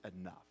enough